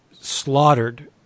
slaughtered